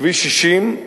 כביש 60,